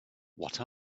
what